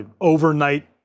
overnight